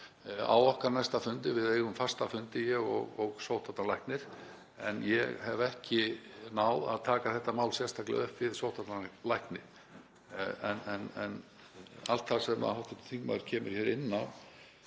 á okkar næsta fundi, við eigum fasta fundi, ég og sóttvarnalæknir, en ég hef ekki náð að taka þetta mál sérstaklega upp við sóttvarnalækni. En allt það sem hv. þingmaður kemur inn á